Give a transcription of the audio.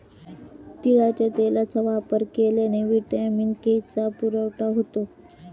तिळाच्या तेलाचा वापर केल्याने व्हिटॅमिन के चा पुरवठा होतो